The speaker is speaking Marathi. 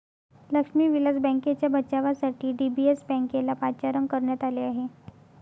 लक्ष्मी विलास बँकेच्या बचावासाठी डी.बी.एस बँकेला पाचारण करण्यात आले आहे